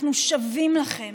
אנחנו שווים לכם.